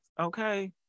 Okay